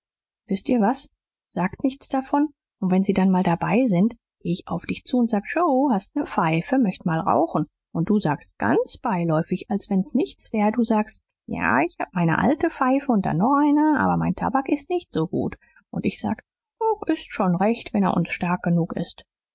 wißt ihr was sagt nichts davon und wenn sie dann mal dabei sind geh ich auf dich zu und sag joe hast du ne pfeife möcht mal rauchen und du sagst so ganz beiläufig als wenn's nichts wär du sagst ja ich hab meine alte pfeife und dann noch eine aber mein tabak ist nicht sehr gut und ich sag o s ist schon recht wenn er uns stark genug ist